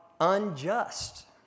unjust